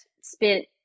spent